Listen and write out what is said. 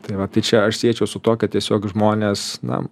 tai va tai čia aš siečiau su tuo kad tiesiog žmonės na